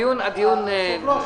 הדיון ברור.